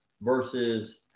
versus